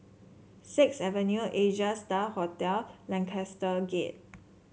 Sixth Avenue Asia Star Hotel Lancaster Gate